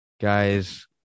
guys